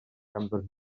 siambr